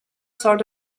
sort